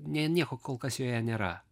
ne nieko kol kas joje nėra